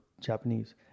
Japanese